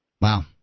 Wow